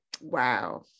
wow